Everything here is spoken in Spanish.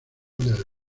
del